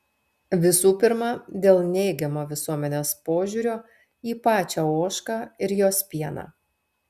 visų pirma dėl neigiamo visuomenės požiūrio į pačią ožką ir jos pieną